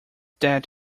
that